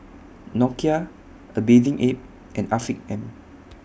Nokia A Bathing Ape and Afiq M